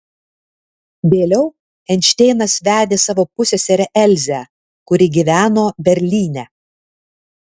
vėliau einšteinas vedė savo pusseserę elzę kuri gyveno berlyne